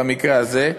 במקרה הזה.